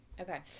Okay